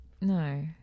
No